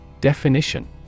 Definition